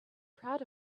proud